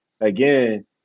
again